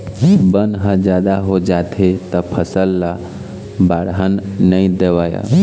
बन ह जादा हो जाथे त फसल ल बाड़हन नइ देवय